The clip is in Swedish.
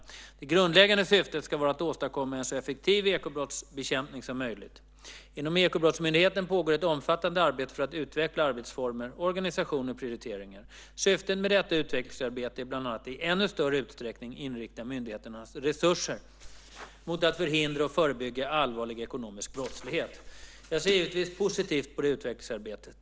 Det grundläggande syftet ska vara att åstadkomma en så effektiv ekobrottsbekämpning som möjligt. Inom Ekobrottsmyndigheten pågår ett omfattande arbete för att utveckla arbetsformer, organisation och prioriteringar. Syftet med detta utvecklingsarbete är bland annat att i ännu större utsträckning inrikta myndighetens resurser mot att förhindra och förebygga allvarlig ekonomisk brottslighet. Jag ser givetvis positivt på det utvecklingsarbetet.